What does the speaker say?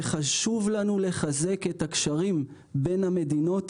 וחשוב לנו לחזק את הקשרים בין המדינות